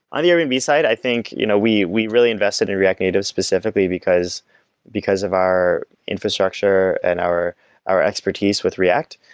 on the airbnb side, i think you know we we really invested in react native specifically, because because of our infrastructure and our our expertise with react.